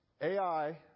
AI